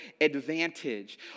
advantage